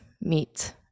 meet